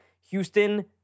Houston